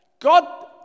God